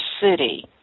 city